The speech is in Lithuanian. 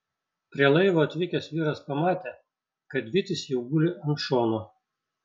prie laivo atvykęs vyras pamatė kad vytis jau guli ant šono